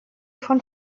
von